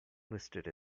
listed